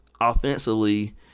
offensively